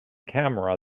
camera